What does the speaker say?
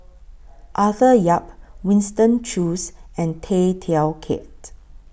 Arthur Yap Winston Choos and Tay Teow Kiat